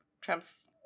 Trump's